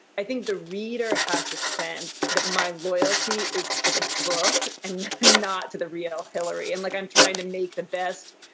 i think the reader has to sense that my loyalty is to the book and not to the real hillary. and like, i'm trying to make the best,